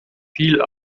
viel